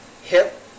hip